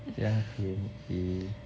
这样便宜